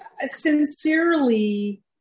sincerely